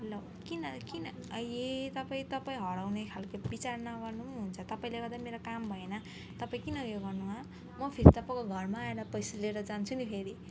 लौ किन किन अँ ए तपाईँ तपाईँ हराउने खालको विचार नगर्नु नि हुन्छ तपाईँले गर्दा मेरो काम भएन तपाईँ किन उयो गर्नु हँ म फेरि तपाईँको घरमा आएर पैसा लिएर जान्छु नि फेरि